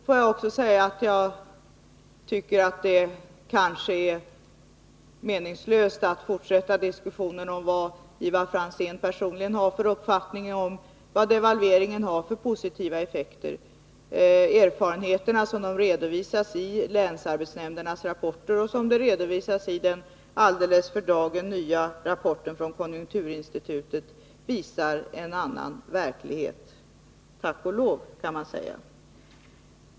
Får jag också säga att jag tycker att det kanske är meningslöst att fortsätta diskussionen om vilken uppfattning Ivar Franzén personligen har om vilka positiva effekter devalveringen har. Erfarenheterna som de redovisas i länsarbetsnämndernas rapporter och som de redovisas i den alldeles för dagen nya rapporten från konjunkturinstitutet visar en annan verklighet — tack och lov, kan man säga.